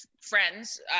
friends